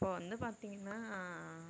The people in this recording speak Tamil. இப்போ வந்து பார்த்தீங்கன்னா